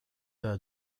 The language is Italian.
della